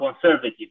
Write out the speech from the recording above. conservative